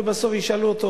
ובסוף ישאלו אותו,